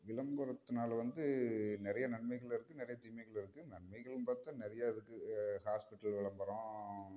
விளம்பரத்தினால வந்து நிறையா நன்மைகளும் இருக்கு நிறையா தீமைகளும் இருக்கு நன்மைகள்ன்னு பார்த்தா நிறையா இருக்கு ஹாப்பிட்டால் விளம்பரம்